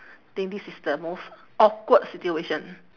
think this is the most awkward situation